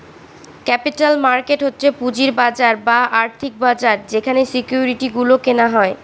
capital market হচ্ছে পুঁজির বাজার বা আর্থিক বাজার যেখানে সিকিউরিটি গুলো কেনা হয়